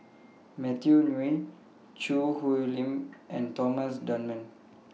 Matthew Ngui Choo Hwee Lim and Thomas Dunman